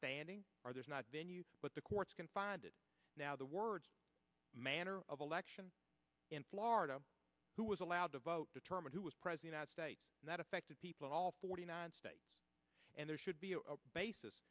standing or there's not venue but the courts can find it now the words manner of election in florida who was allowed to vote determine who was president at state and that affected people in all forty nine states and there should be a basis